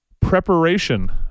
preparation